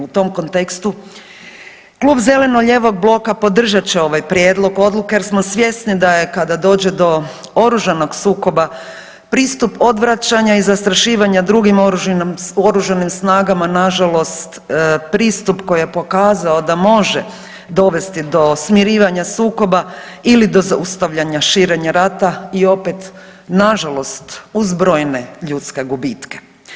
U tom kontekstu Klub zeleno-lijevog bloka podržat će ovaj prijedlog odluke jer smo svjesni da je kada dođe do oružanog sukoba pristup odvraćanja i zastrašivanja drugim oružanim snagama nažalost pristup koji je pokazao da može dovesti do smirivanja sukoba ili do zaustavljanja širenja rata i opet nažalost uz brojne ljudske gubitke.